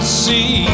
see